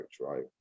right